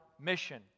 mission